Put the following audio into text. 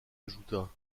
ajouta